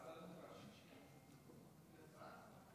ההצעה להעביר את הנושא לוועדת החוקה,